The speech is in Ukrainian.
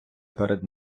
перед